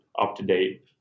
up-to-date